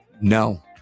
No